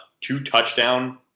two-touchdown